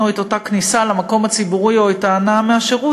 את אותה כניסה למקום הציבורי או את ההנאה מהשירות,